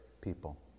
people